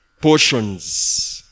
portions